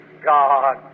God